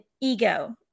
ego